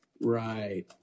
Right